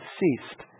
ceased